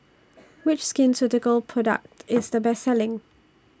Which Skin Ceuticals Product IS The Best Selling